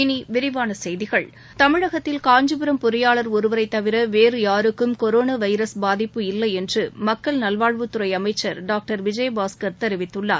இனி விரிவான செய்திகள் தமிழகத்தில் காஞ்சிபுரம் பொறியாளர் ஒருவரை தவிர வேறு யாருக்கும் கொரோனா வைரஸ் பாதிப்பு இல்லை என்று மக்கள் நல்வாழ்வுத் துறை அமைச்சர் டாக்டர் விஜயபாஸ்கர் தெரிவித்துள்ளார்